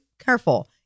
careful